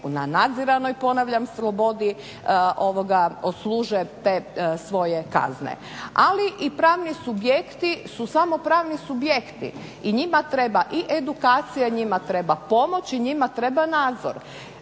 na nadziranoj ponavljam slobodi ovoga odsluže te svoje kazne. Ali i pravni subjekti su samo pravni subjekti i njima treba i edukacija, njima treba pomoć i njima treba nadzor.